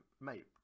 mate